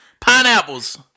Pineapples